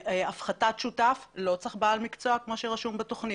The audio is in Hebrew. הפחתת שותף, לא צריך בעל מקצוע כמו שרשום בתוכנית.